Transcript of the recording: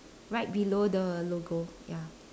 right below the logo ya